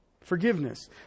forgiveness